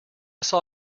saw